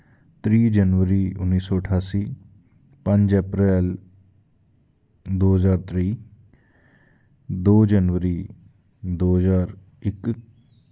त्रीह् जनवरी उन्नी सौ ठास्सी पंज अप्रैल दो ज्हार त्रेई दो जनवरी दो ज्हार इक